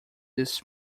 this